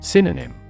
Synonym